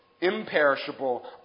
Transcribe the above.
imperishable